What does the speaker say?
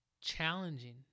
challenging